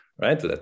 right